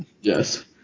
Yes